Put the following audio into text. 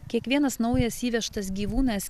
kiekvienas naujas įvežtas gyvūnas